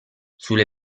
sulle